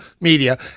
media